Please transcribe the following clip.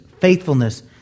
faithfulness